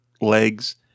legs